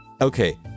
Okay